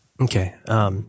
Okay